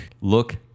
look